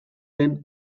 den